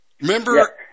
Remember